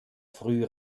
früh